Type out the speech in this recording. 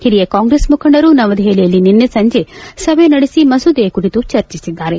ಹಿರಿಯ ಕಾಂಗ್ರೆಸ್ ಮುಖಂಡರು ನವದೆಪಲಿಯಲ್ಲಿ ನಿನ್ನೆ ಸಂಜೆ ಸಭೆ ನಡೆಸಿ ಮಸೂದೆ ಕುರಿತು ಚರ್ಚಿಸಿದ್ದಾರೆ